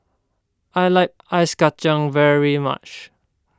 I like Ice Kachang very much